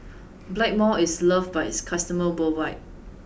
blackmores is loved by its customers worldwide